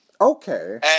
Okay